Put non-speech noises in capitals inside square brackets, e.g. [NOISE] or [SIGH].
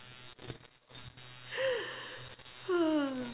[LAUGHS]